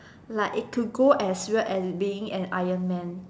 like it could as weird as being an Iron Man